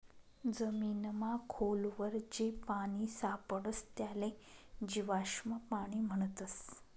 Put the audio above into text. जमीनमा खोल वर जे पानी सापडस त्याले जीवाश्म पाणी म्हणतस